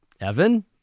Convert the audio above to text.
Evan